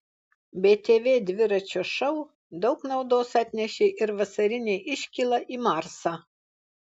btv dviračio šou daug naudos atnešė ir vasarinė iškyla į marsą